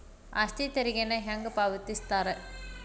ಆಸ್ತಿ ತೆರಿಗೆನ ಹೆಂಗ ಪಾವತಿಸ್ತಾರಾ